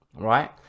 right